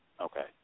Okay